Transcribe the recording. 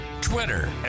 Twitter